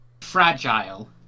fragile